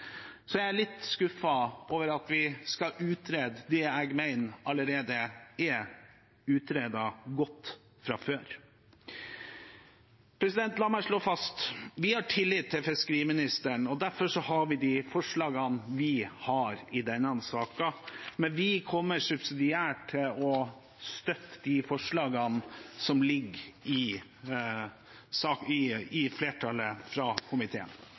Så er jeg litt skuffet over at vi skal utrede det jeg mener allerede er utredet godt fra før. La meg slå fast: Vi har tillit til fiskeriministeren. Derfor har vi det forslaget vi har i denne saken. Men vi kommer subsidiært til å støtte det forslaget som er fremmet av flertallet i komiteen. Da har representanten Kjell-Børge Freiberg tatt opp Fremskrittspartiets forslag i